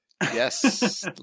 yes